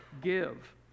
Give